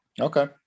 Okay